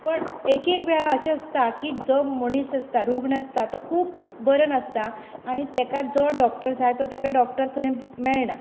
पण एक एक वेळा अशे आसता की जो मनीस आसता जो रुग्ण आसता तो खूब बरो नासता आनी ताका जो डॉक्टर जाय तो डॉक्टर थंय ताका मेळना